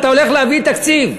אתה הולך להביא תקציב,